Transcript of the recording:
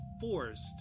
forced